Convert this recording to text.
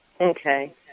Okay